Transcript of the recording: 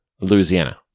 Louisiana